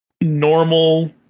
normal